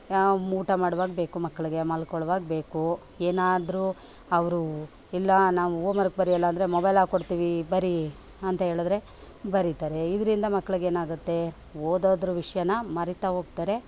ಊಟ ಮಾಡುವಾಗ ಬೇಕು ಮಕ್ಕಳಿಗೆ ಮಲ್ಕೊಳ್ವಾಗ ಬೇಕು ಏನಾದರೂ ಅವರು ಇಲ್ಲ ನಾವು ಹೋಮ್ ವರ್ಕ್ ಬರೆಯಲ್ಲ ಅಂದರೆ ಮೊಬೈಲ್ ಹಾಕ್ಕೊಡ್ತೀವಿ ಬರಿ ಅಂತ ಹೇಳಿದರೆ ಬರಿತಾರೆ ಇದರಿಂದ ಮಕ್ಕಳಿಗೆ ಏನಾಗುತ್ತೆ ಓದೋದರ ವಿಷಯನ ಮರಿತಾ ಹೋಗ್ತಾರೆ